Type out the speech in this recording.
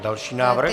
Další návrh.